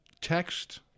text